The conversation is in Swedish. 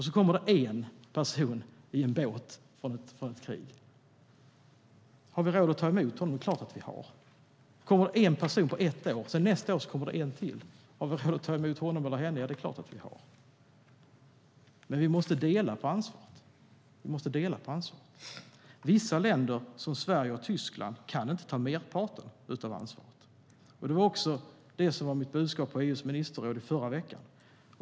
Så kommer det en person i en båt från ett krig. Har vi råd att ta emot honom? Ja, det är klart att vi har. Det kommer en person på ett år. Nästa år kommer det en till. Har vi råd att ta emot honom eller henne? Ja, det är klart att vi har. Men vi måste dela på ansvaret. Sverige och Tyskland kan inte ta merparten av ansvaret. Det var också mitt budskap på EU:s ministerråd i förra veckan.